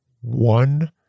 One